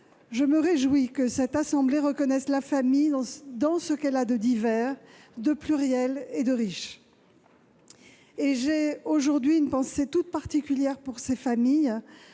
je me réjouis que cette assemblée reconnaisse la famille dans ce qu'elle a de divers, de pluriel et de riche. J'ai une pensée toute particulière pour ces familles